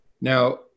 Now